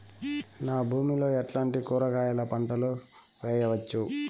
నా భూమి లో ఎట్లాంటి కూరగాయల పంటలు వేయవచ్చు?